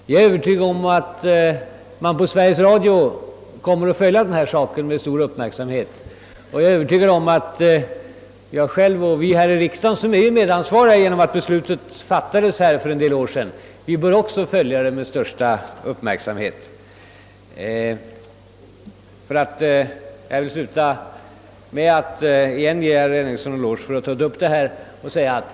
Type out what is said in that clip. Jag är övertygad om att Sveriges Radio och även vi här i riksdagen — som är medansvariga genom att beslutet om kanalomläggningen fattades här för en del år sedan — kommer att följa denna sak med största uppmärksamhet. Jag vill sluta med att än en gång ge herr Henningsson en eloge för att han tagit upp detta problem.